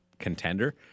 contender